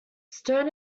stern